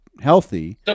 healthy